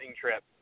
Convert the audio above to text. trip